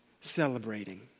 celebrating